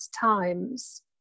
times